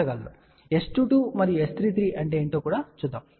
S22 మరియు S33 అంటే ఏమిటో కూడా చూద్దాం